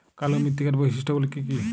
কালো মৃত্তিকার বৈশিষ্ট্য গুলি কি কি?